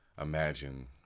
imagine